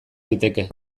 liteke